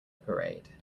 parade